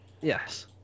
yes